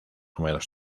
húmedos